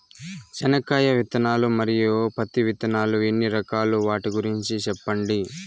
చెనక్కాయ విత్తనాలు, మరియు పత్తి విత్తనాలు ఎన్ని రకాలు వాటి గురించి సెప్పండి?